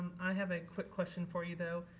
i have a quick question for you though.